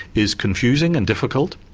is confusing and difficult.